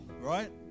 right